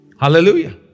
Hallelujah